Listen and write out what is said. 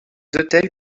hôtels